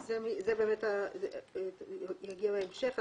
זה יגיע בהמשך.